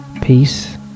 Peace